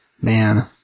Man